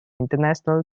international